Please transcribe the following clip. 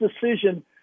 decision